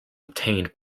obtained